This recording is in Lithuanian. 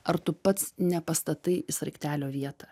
ar tu pats nepastatai į sraigtelio vietą